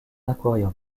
aquarium